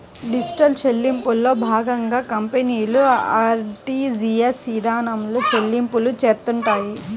digital చెల్లింపుల్లో భాగంగా కంపెనీలు ఆర్టీజీయస్ ఇదానంలో చెల్లింపులు చేత్తుంటాయి